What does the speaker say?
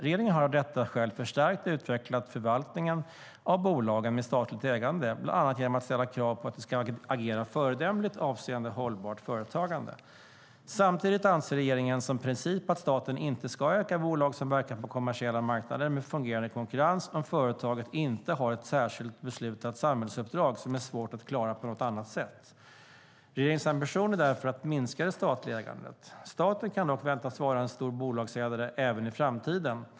Regeringen har av detta skäl förstärkt och utvecklat förvaltningen av bolagen med statligt ägande, bland annat genom att ställa krav på att de ska agera föredömligt avseende hållbart företagande. Samtidigt anser regeringen som princip att staten inte ska äga bolag som verkar på kommersiella marknader med fungerande konkurrens, om företaget inte har ett särskilt beslutat samhällsuppdrag som är svårt att klara på något annat sätt. Regeringens ambition är därför att minska det statliga ägandet. Staten kan dock väntas vara en stor bolagsägare även i framtiden.